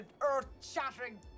earth-shattering